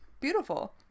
Beautiful